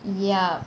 ya